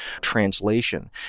translation